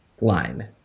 line